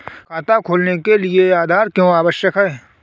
खाता खोलने के लिए आधार क्यो आवश्यक है?